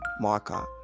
marker